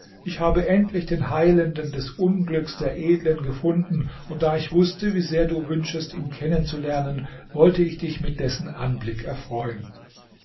ich habe endlich den heilenden des unglücks der edlen gefunden und da ich wußte wie sehr du wünschest ihn kennenzulernen wollte ich dich mit dessen anblick erfreuen